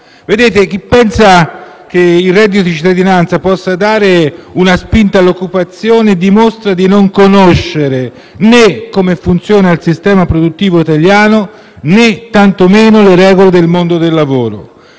Chi pensa che il reddito di cittadinanza possa dare una spinta all'occupazione dimostra di non conoscere né come funziona il sistema produttivo italiano, né, tanto meno, le regole del mondo del lavoro.